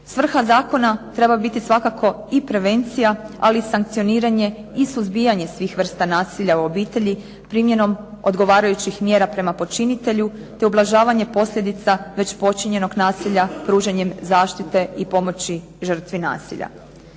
Svrha zakona treba biti svakako i prevencija ali i sankcioniranje i suzbijanje svih vrsta nasilja u obitelji primjenom odgovarajućih mjera prema počinitelju, te ublažavanje posljedica već počinjenog nasilja pružanjem zaštite i pomoći žrtvi nasilja.